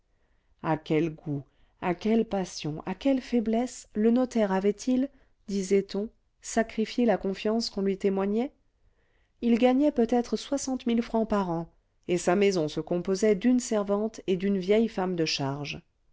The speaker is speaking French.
à quels goûts à quelle passion à quelle faiblesse le notaire avait-il disait-on sacrifié la confiance qu'on lui témoignait il gagnait peut-être soixante mille francs par an et sa maison se composait d'une servante et d'une vieille femme de charge